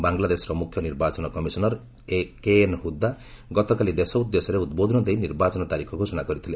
ବାଂଲାଦେଶର ମୁଖ୍ୟ ନିର୍ବାଚନ କମିଶନର୍ କେଏନ୍ ହୁଦା ଗତକାଲି ଦେଶ ଉଦ୍ଦେଶ୍ୟରେ ଉଦ୍ବୋଧନ ଦେଇ ନିର୍ବାଚନ ତାରିଖ ଘୋଷଣା କରିଥିଲେ